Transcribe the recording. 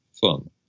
fun